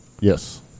Yes